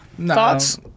Thoughts